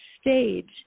stage